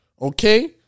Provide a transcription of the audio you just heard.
Okay